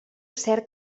cert